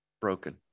broken